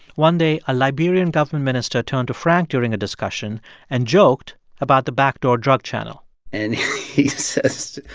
one day, a liberian government minister turned to frank during a discussion and joked about the backdoor drug channel and he says,